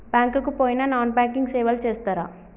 Bank కి పోయిన non banking సేవలు చేస్తరా?